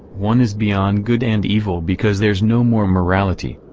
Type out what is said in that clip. one is beyond good and evil because there's no more morality.